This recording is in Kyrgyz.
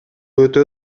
өтө